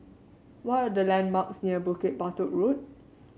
what are the landmarks near Bukit Batok Road